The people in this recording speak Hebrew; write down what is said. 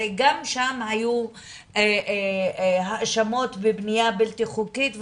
הרי גם שם היו האשמות בבנייה בלתי חוקית,